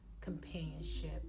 companionship